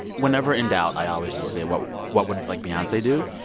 whenever in doubt, i always just say, what what would, like, beyonce do?